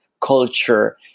culture